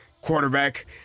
quarterback